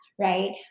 Right